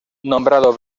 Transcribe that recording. nombrado